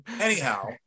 anyhow